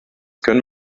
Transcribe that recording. können